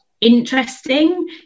interesting